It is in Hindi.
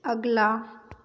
अगला